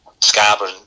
Scarborough